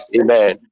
amen